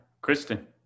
Kristen